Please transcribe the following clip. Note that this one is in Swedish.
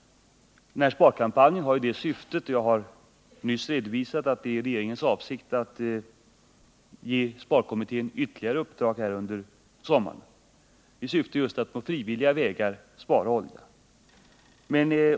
Den här sparkampanjen har ju det syftet. Jag har nyss redovisat att det är regeringens avsikt att här ge sparkommittén ytterligare uppdrag under sommaren i syfte att just på frivillig väg spara olja.